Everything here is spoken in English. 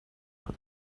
but